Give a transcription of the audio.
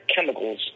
chemicals